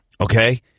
Okay